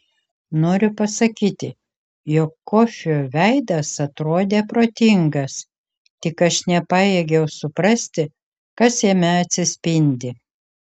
noriu pasakyti jog kofio veidas atrodė protingas tik aš nepajėgiau suprasti kas jame atsispindi